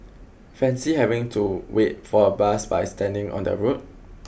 Fancy having to wait for a bus by standing on the road